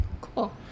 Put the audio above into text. Cool